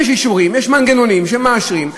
יש אישורים, יש מנגנונים שמאשרים,